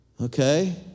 Okay